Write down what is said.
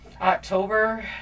October